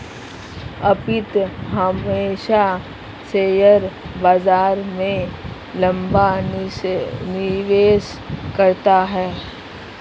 अर्पित हमेशा शेयर बाजार में लंबा निवेश करता है